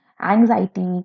anxiety